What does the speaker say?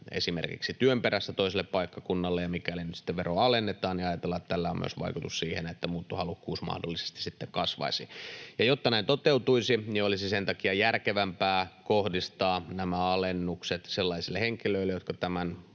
esimerkiksi työn perässä toiselle paikkakunnalle. Mikäli nyt sitten veroa alennetaan, ajatellaan, että tällä on myös vaikutus siihen, että muuttohalukkuus mahdollisesti sitten kasvaisi. Jotta tämä toteutuisi, olisi järkevämpää kohdistaa nämä alennukset sellaisille henkilöille, jotka tämän